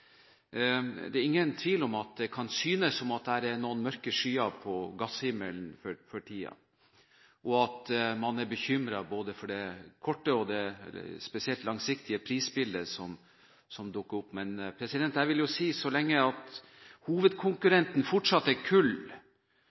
om det er noen mørke skyer på gasshimmelen for tiden, og at man er bekymret både for det korte og spesielt for det langsiktige prisbildet som dukker opp. Men jeg vil si at så lenge hovedkonkurrenten fortsatt er kull,